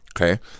okay